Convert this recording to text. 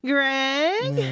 Greg